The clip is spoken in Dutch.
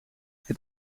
het